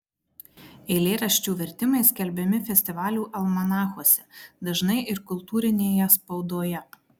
eilėraščių vertimai skelbiami festivalių almanachuose dažnai ir kultūrinėje spaudoje